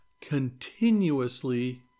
continuously